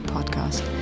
Podcast